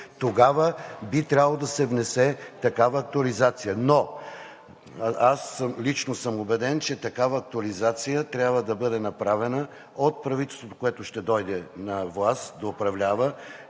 Тогава би трябвало да се внесе такава актуализация, но лично съм убеден, че такава актуализация трябва да бъде направена от правителството, което ще дойде на власт да управлява,